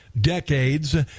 decades